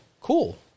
cool